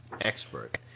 expert